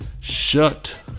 shut